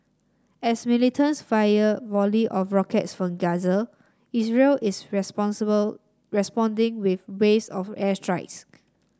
as militants fire volley of rockets from Gaza Israel is responsible responding with waves of airstrikes